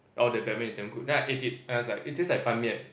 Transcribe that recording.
oh that Ban-Mian is damn good then I ate it and I was like it tastes like Ban-Mian